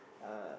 uh